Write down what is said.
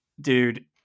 Dude